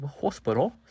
hospital